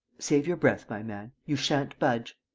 save your breath, my man you sha'n't budge.